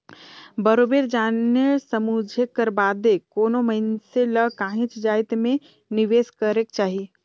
बरोबेर जाने समुझे कर बादे कोनो मइनसे ल काहींच जाएत में निवेस करेक जाही